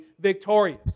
victorious